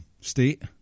state